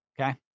Okay